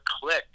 click